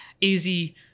easy